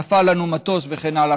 נפל לנו מטוס וכן הלאה.